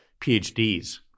PhDs